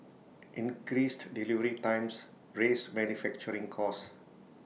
increased delivery times raise manufacturing costs